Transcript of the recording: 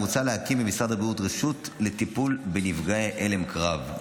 מוצע להקים במשרד הבריאות רשות לטיפול בנפגעי הלם קרב,